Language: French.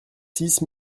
six